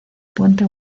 puente